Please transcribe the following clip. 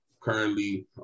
currently